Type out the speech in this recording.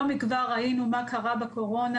לא מכבר ראינו מה קרה בקורונה,